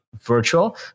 virtual